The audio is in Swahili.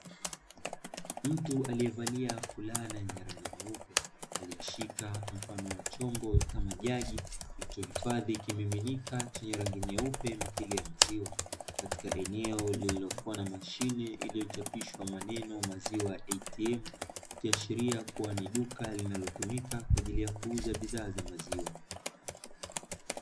Mtu aliyevalia fulana yenye rangi nyeupe aliyeshika mfano wa chombo kama jagi kilichohifadhi kimiminika chenye rangi nyeupe mithili ya maziwa, katika eneo lililokuwa na mashine iliyochapishwa maneno maziwa atm ikiashiria kuwa ni duka linalotumika kwa ajili ya kuuza bidhaa za maziwa.